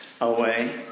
away